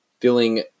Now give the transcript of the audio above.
feeling